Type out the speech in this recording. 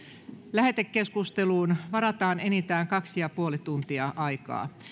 lähetekeskusteluun varataan aikaa enintään kaksi pilkku viisi tuntia